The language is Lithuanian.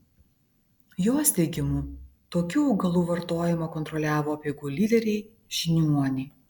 jos teigimu tokių augalų vartojimą kontroliavo apeigų lyderiai žiniuoniai